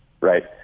right